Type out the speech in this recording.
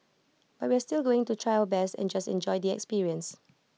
but we're still going to try our best and just enjoy the experience